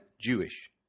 Jewish